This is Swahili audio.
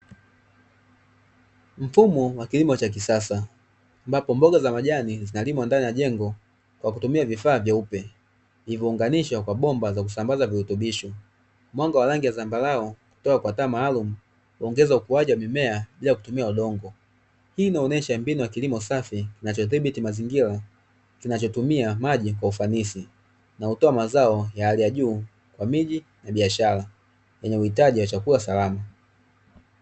Mfumo wa kilimo cha kisasa ambapo mboga za majani zinalimwa ndani ya jengo kwa kutumia vifaa vyeupe, vilivyounganishwa kwa bomba za kusambaza virutubisho. Mwanga wa rangi ya zambarau kutoka kwa taa maalumu huongeza ukuaji wa mimea bila kutumia udongo. Hii inaonyesha mbinu ya kilimo safi kinachodhibiti mazingira, kinachotumia maji kwa ufanisi na hutoa mazao ya hali ya juu kwa miji na biashara, yenye uhitaji wa chakula salama.